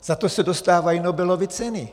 Za to se dostávají Nobelovy ceny.